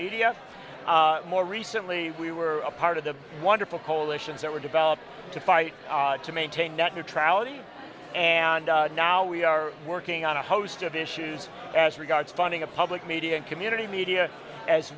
media more recently we were a part of the wonderful coalitions that were developed to fight to maintain net neutrality and now we are working on a host of issues as regards funding a public media and community media as